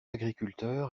agriculteur